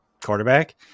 quarterback